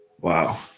Wow